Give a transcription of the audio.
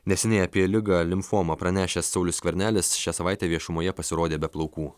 neseniai apie ligą limfomą pranešęs saulius skvernelis šią savaitę viešumoje pasirodė be plaukų